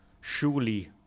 surely